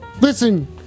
Listen